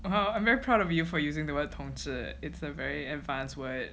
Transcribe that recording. well I'm very proud of you for using the word 同志 it's a very advance word